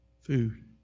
food